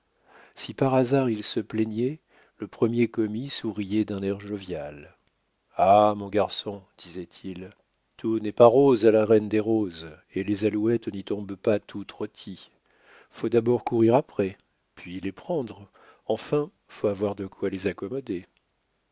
si par hasard il se plaignait le premier commis souriait d'un air jovial ah mon garçon disait-il tout n'est pas rose à la reine des roses et les alouettes n'y tombent pas toutes rôties faut d'abord courir après puis les prendre enfin faut avoir de quoi les accommoder